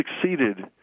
succeeded